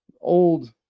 old